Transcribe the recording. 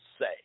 say